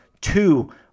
two